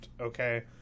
okay